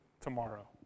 tomorrow